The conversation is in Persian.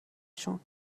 شون